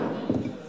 אם כן, רבותי, תם